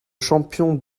champion